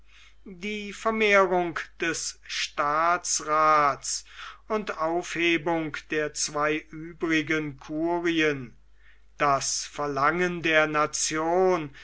die vermehrung des staatsraths und aufhebung der zwei übrigen curien das verlangen der nation